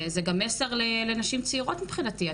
זה גם מסר לנשים צעירות, מבחינתי.